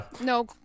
no